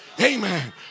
Amen